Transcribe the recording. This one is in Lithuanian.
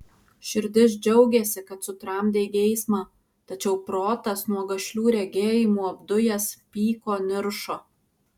širdis džiaugėsi kad sutramdei geismą tačiau protas nuo gašlių regėjimų apdujęs pyko niršo